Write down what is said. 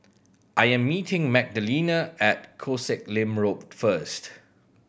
I am meeting Magdalena at Koh Sek Lim Road first